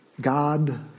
God